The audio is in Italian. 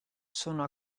sono